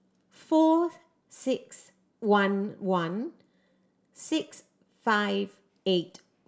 four six one one six five eight